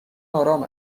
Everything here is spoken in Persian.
آرام